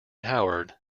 howard